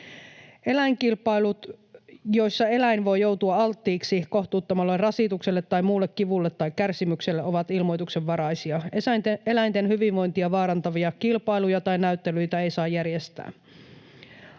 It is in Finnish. Eläinkilpailut, joissa eläin voi joutua alttiiksi kohtuuttomalle rasitukselle tai muulle kivulle tai kärsimykselle, ovat ilmoituksenvaraisia. Eläinten hyvinvointia vaarantavia kilpailuja tai näyttelyitä ei saa järjestää.